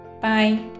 Bye